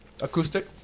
Acoustic